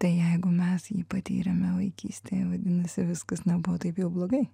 tai jeigu mes jį patyrėme vaikystėje vadinasi viskas nebuvo taip jau blogai